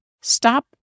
Stop